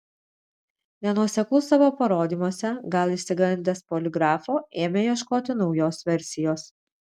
nenuoseklus savo parodymuose gal išsigandęs poligrafo ėmė ieškoti naujos versijos